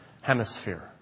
Hemisphere